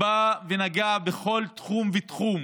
וזה בא ונגע בכל תחום ותחום